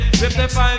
55